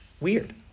weird